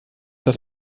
dass